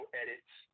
edits